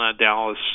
Dallas